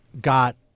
got